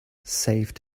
saved